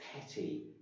petty